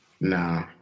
Nah